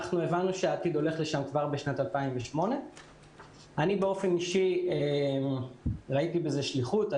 הבנו שהעתיד הולך לשם כבר בשנת 2008. באופן אישי ראיתי בזה שליחות.